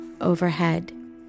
overhead